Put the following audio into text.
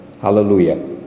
Hallelujah